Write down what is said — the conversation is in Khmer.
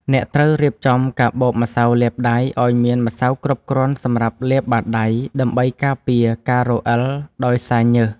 អ្នកត្រូវរៀបចំកាបូបម្សៅលាបដៃឱ្យមានម្សៅគ្រប់គ្រាន់សម្រាប់លាបបាតដៃ ដើម្បីការពារការរអិលដោយសារញើស។